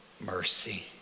mercy